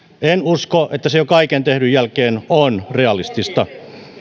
en usko että se jo kaiken tehdyn jälkeen on realistista